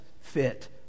fit